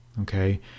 Okay